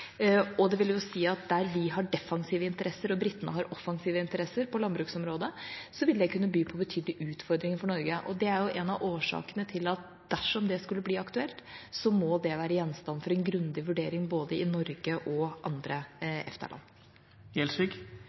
det kunne by på betydelige utfordringer for Norge. Det er en av årsakene til at dersom det skulle bli aktuelt, må det være gjenstand for en grundig vurdering både i Norge og i andre